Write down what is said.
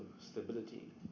stability